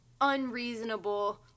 unreasonable